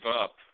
up